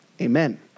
Amen